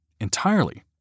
entirely